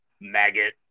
maggot